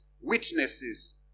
witnesses